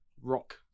rock